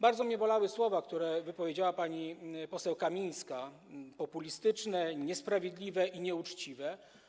Bardzo zabolały mnie słowa, które wypowiedziała pani poseł Kamińska - populistyczne, niesprawiedliwe i nieuczciwe.